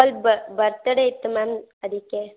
ಅಲ್ಲಿ ಬರ್ತಡೇ ಇತ್ತು ಮ್ಯಾಮ್ ಅದಕ್ಕೆ